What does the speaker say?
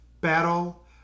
battle